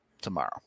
tomorrow